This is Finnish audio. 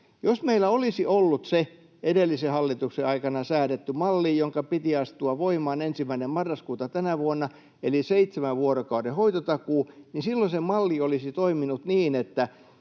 Jos meillä olisi ollut se edellisen hallituksen aikana säädetty malli, jonka piti astua voimaan 1. marraskuuta tänä vuonna, eli seitsemän vuorokauden hoitotakuu, niin silloin se malli olisi toiminut niin, että